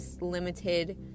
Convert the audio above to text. limited